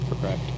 Correct